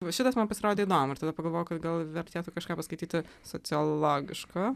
va šitas man pasirodė įdomu ir tada pagalvojau kad gal vertėtų kažką paskaityti sociologiško